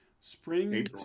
spring